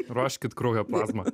ruoškit kraujo plazmą